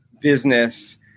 business